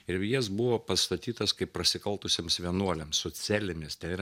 ir jis buvo pastatytas kaip prasikaltusiems vienuoliams socialinis ir